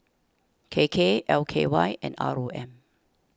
K K L K Y and R O M